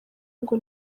ngo